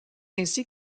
ainsi